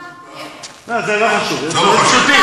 לא, זה לא חשוב, שותף.